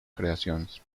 creaciones